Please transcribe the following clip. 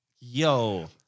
Yo